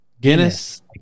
Guinness